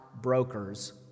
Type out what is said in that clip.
brokers